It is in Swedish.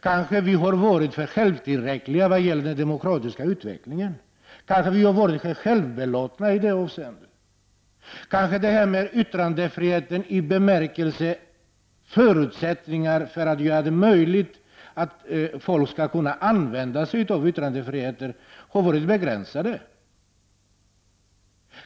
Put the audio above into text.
Kanske har vi varit för självtillräckliga och för självbelåtna vad gäller den demokratiska utvecklingen. Kanske yttrandefriheten, i bemärkelsen förutsättningar för folk att kunna använda yttrandefriheten, har varit begränsad.